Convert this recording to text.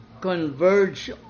converge